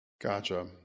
Gotcha